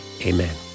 amen